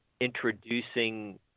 introducing